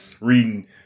reading